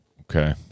Okay